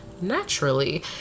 Naturally